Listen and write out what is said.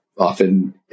Often